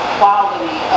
quality